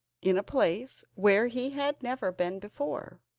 in a place where he had never been before.